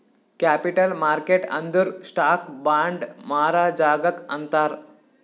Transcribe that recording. capital market ಅಂದುರ್ stock, bond ಮಾರಾ ಜಾಗಾಕ್ ಅಂತಾರ್